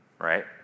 right